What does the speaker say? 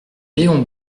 léon